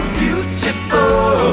beautiful